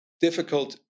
difficult